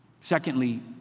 Secondly